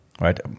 right